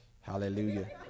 hallelujah